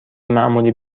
معمولی